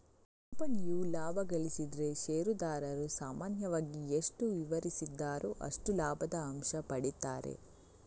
ಕಂಪನಿಯು ಲಾಭ ಗಳಿಸಿದ್ರೆ ಷೇರುದಾರರು ಸಾಮಾನ್ಯವಾಗಿ ಎಷ್ಟು ವಿವರಿಸಿದ್ದಾರೋ ಅಷ್ಟು ಲಾಭದ ಅಂಶ ಪಡೀತಾರೆ